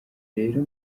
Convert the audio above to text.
rero